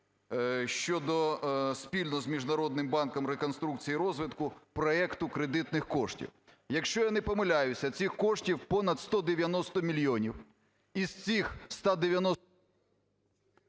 щодо спільного з Міжнародним банком реконструкції та розвитку проекту кредитних коштів. Якщо я не помиляюсь, цих коштів понад 190 мільйонів. Із цих 190…